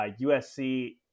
USC